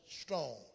strong